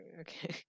okay